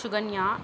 Sukanya